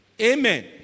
Amen